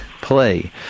play